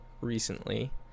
recently